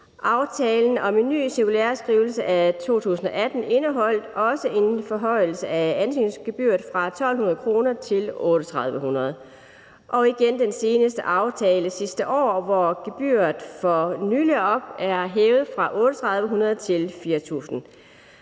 Aftalen om en ny cirkulæreskrivelse af 2018 indeholdt også en ny forhøjelse af ansøgningsgebyret fra 1.200 kr. til 3.800 kr., og igen i den seneste aftale sidste år, hvor gebyret er hævet fra 3.800 kr. til 4.000 kr.